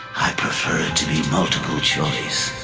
i prefer it to be multiple choice.